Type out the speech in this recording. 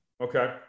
Okay